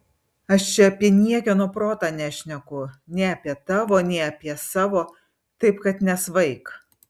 aš čia apie niekieno protą nešneku nei apie tavo nei apie savo taip kad nesvaik